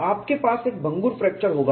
आपके पास एक भंगुर फ्रैक्चर होगा